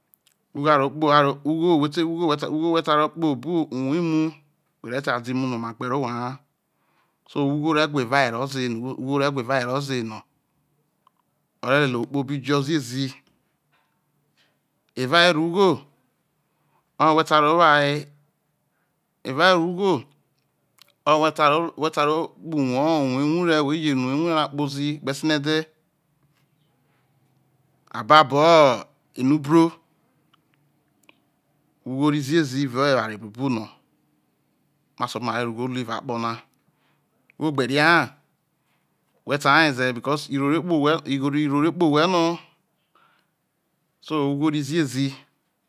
Ugho aro ugho aro kpo ugho aro kpo ugho whe tewo ugho ugho we sai ro kpobo uwor imu where sai de imu nooma gbe rro owhe ha so ugho re wha evaweroze no re lelie ohwo kpobi jo ziezi evawere ugho oye whe sai ro wo aye evawere ugho oye whe sai whe sai ro kpoho uwor ewuhre where jeno uwor ewuhre na kpozi gbesinede ababo enuobro ugho rro ziezi evao eware buobu no ma sai ugho ro evao akpo nana ugho gbe neha whe sai weze he because iroro re kpe owne irogho/roro ipe owhe no so ugho iro ziezi